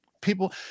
people